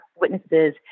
witnesses